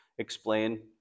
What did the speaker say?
explain